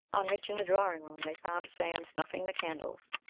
on reaching the drawing-room, they found sam snuffing the candles,